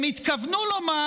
הם התכוונו לומר: